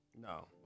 No